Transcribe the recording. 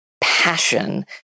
passion